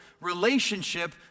relationship